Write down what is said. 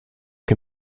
can